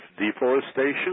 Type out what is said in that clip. Deforestation